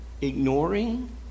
ignoring